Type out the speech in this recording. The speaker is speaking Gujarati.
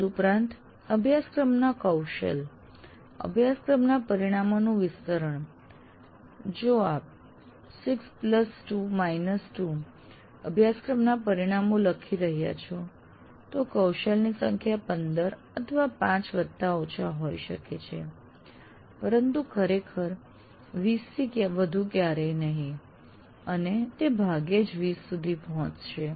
તદુપરાંત અભ્યાસક્રમના કૌશલ અભ્યાસક્રમના પરિણામોનું વિસ્તરણ જો આપ 62 અભ્યાસક્રમનાં પરિણામો લખી રહ્યા છો તો કૌશલ ની સંખ્યા ૧૫ અથવા ૫ વત્તા ઓછા હોઈ શકે છેપરંતુ ખરેખર 20 થી વધુ ક્યારેય નહીં અને ભાગ્યે જ તે 20 સુધી પહોંચશે